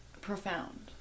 profound